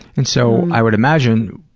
and so, i would imagine,